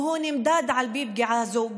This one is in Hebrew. והוא נמדד על פי פגיעה זו,